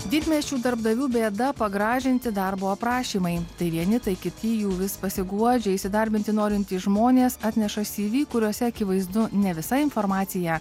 didmiesčių darbdavių bėda pagražinti darbo aprašymai tai vieni tai kiti jų vis pasiguodžia įsidarbinti norintys žmonės atneša cv kuriuose akivaizdu ne visa informacija